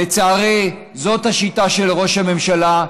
לצערי, זאת השיטה של ראש הממשלה.